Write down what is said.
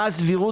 מה הסבירות